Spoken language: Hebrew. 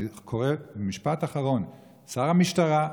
ומשפט אחרון: שר המשטרה,